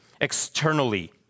externally